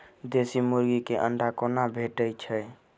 देसी मुर्गी केँ अंडा कोना भेटय छै?